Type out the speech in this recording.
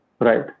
right